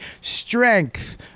strength